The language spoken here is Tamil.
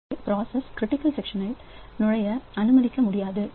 எனவேபிராசஸ் கிரிட்டிக்கல் சக்சன் அனுமதிக்க முடியும்